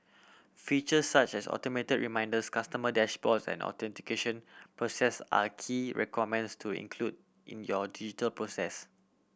feature such as automated reminders customer dashboards and authentication process are key requirements to include in your digital process